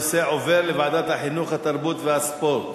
הנושא עובר לוועדת החינוך, התרבות והספורט.